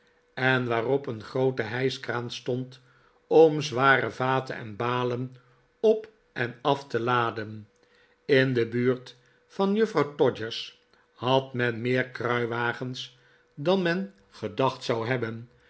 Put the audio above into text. en waarop een groote hijschkraan stond om zware vaten en balen op en af te laden in de buurt van juffrouw todgers had men meer kruiwagens dan men gedacht zou hebben